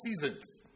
seasons